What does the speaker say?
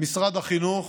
למשרד החינוך